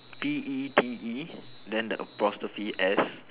P E T E then the apostrophe S